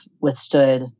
withstood